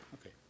Okay